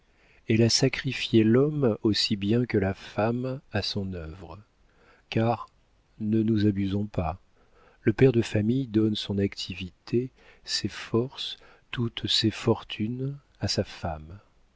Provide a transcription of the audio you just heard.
elle a sacrifié l'homme aussi bien que la femme à son œuvre car ne nous abusons pas le père de famille donne son activité ses forces toutes ses fortunes à sa femme